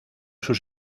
sus